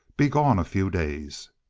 be gone a few days.